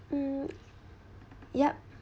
mm yup